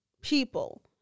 people